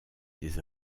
des